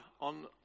on